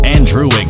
Andrew